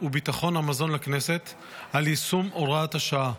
וביטחון המזון לכנסת על יישום הוראת השעה,